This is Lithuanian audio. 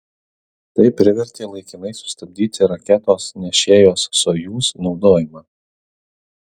tai privertė laikinai sustabdyti raketos nešėjos sojuz naudojimą